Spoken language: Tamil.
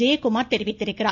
ஜெயகுமார் தெரிவித்துள்ளார்